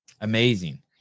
amazing